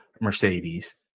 Mercedes